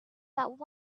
about